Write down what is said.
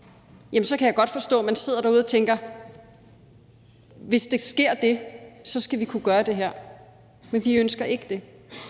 faktisk kan lukke skoler ned, så sidder derude og tænker: Hvis der sker det, skal vi kunne gøre det her. Men vi ønsker det ikke.